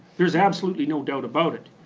there's absolutely no doubt about it.